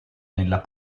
nella